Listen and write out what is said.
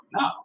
No